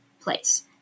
place